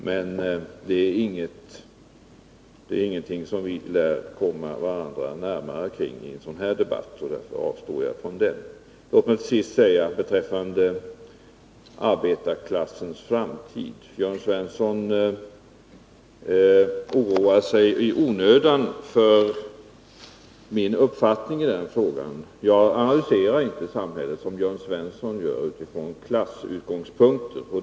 Men detta är inte en fråga där vi kan komma varandra närmare genom en sådan här debatt, och därför avstår jag från den. Låt mig sedan ta upp vad Jörn Svensson sade om arbetarklassens framtid. Han oroar sig i onödan för min uppfattning i den frågan. Jag analyserar inte samhället som Jörn Svensson gör utifrån klassutgångspunkter.